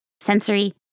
sensory